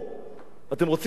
אתם רוצים לנחש למה?